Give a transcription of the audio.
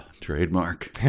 trademark